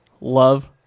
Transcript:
love